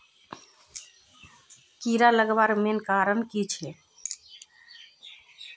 कीड़ा लगवार मेन कारण की छे?